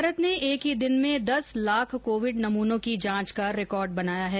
भारत ने एक ही दिन में दस लाख कोविड नमूनों की जांच का रिकॉर्ड बनाया है